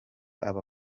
aba